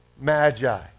magi